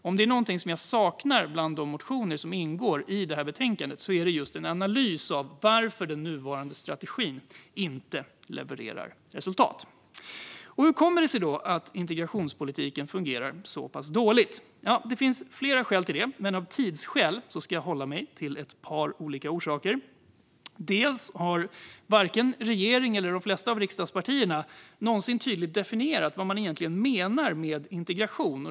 Om det är något jag saknar bland de motioner som behandlas i betänkandet är det en analys av varför den nuvarande strategin inte levererar resultat. Och hur kommer det sig då att integrationspolitiken fungerar så pass dåligt? Det finns flera skäl till det, men av tidsskäl ska jag hålla mig till ett par orsaker. Dels har varken regeringen eller de flesta av riksdagspartierna någonsin definierat tydligt vad man egentligen menar med integration.